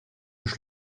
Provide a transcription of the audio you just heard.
już